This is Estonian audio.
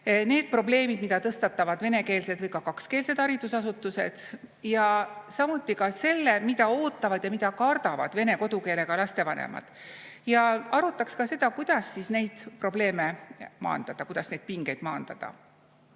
need probleemid, mida tõstatavad venekeelsed või ka kakskeelsed haridusasutused, ja samuti selle, mida ootavad ja mida kardavad vene kodukeelega laste vanemad. Ja arutaks ka seda, kuidas neid probleeme [lahendada], kuidas neid pingeid maandada.